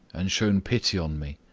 and shown pity on me.